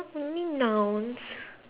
only nouns